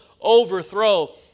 overthrow